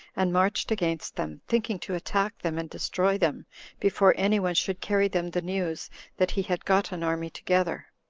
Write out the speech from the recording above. and marched against them, thinking to attack them and destroy them before any one should carry them the news that he had got an army together.